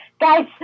Guys